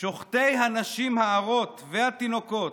שוחטי הנשים ההרות והתינוקות,